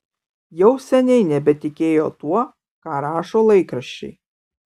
jau seniai nebetikėjo tuo ką rašo laikraščiai